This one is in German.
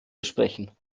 besprechen